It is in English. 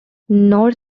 north